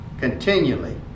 continually